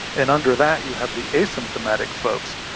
and under that you have the asymptomatic folks.